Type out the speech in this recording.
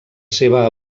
seva